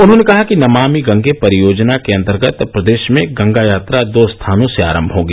उन्होंने कहा कि नमामि गंगे परियोजना के अंतर्गत प्रदेश में गंगा यात्रा दो स्थानों से आरंम होगी